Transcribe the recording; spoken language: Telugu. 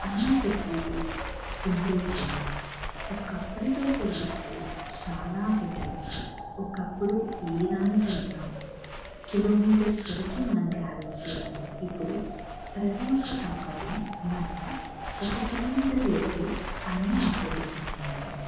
అన్నిఫెసిలిటీస్ ఇంప్రూవ్ అయ్యాయి ఒక్కప్పటితో పోలిస్తే చాలా బెటర్ ఒకప్పుడు ఏ దానికైనా కిలోమీటర్స్ వరకు మనం ట్రావెల్ చేయాలి ఇప్పుడు ప్రతీ ఒక్క సౌకర్యం మనకి ఒక కిలోమీటర్ లోపే అన్ని అవైలబుల్గా ఉన్నాయి